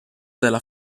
della